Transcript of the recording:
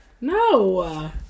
No